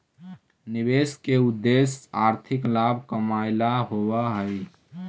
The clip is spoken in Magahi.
निवेश के उद्देश्य आर्थिक लाभ कमाएला होवऽ हई